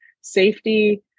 safety